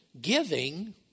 giving